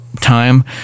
time